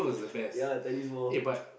ya tennis ball